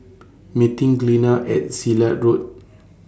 meeting Glenna At Silat Road